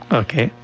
okay